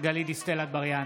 גלית דיסטל אטבריאן,